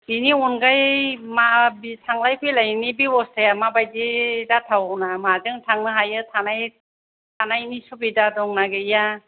बेनि अनगायै मा बि थांलाय फैलाया माबायदि जाथावना माजों थांनो हायो थानाय थानायनि सुबिदा दंना गैया